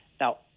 Now